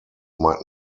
might